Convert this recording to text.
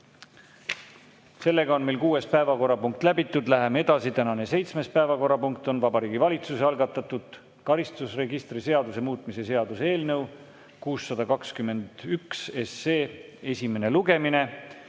kell 16. Kuues päevakorrapunkt on läbitud. Läheme edasi. Tänane seitsmes päevakorrapunkt on Vabariigi Valitsuse algatatud karistusregistri seaduse muutmise seaduse eelnõu 621 esimene lugemine.